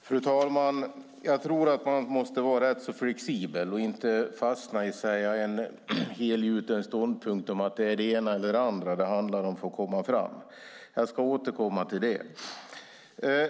Fru talman! Jag tror att man måste vara rätt så flexibel och inte fastna i en helgjuten ståndpunkt om att det är det ena eller det andra det handlar om för att komma fram. Jag ska återkomma till det.